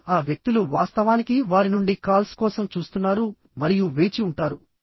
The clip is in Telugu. కానీ ఆ వ్యక్తులు వాస్తవానికి వారి నుండి కాల్స్ కోసం చూస్తున్నారు మరియు వేచి ఉంటారు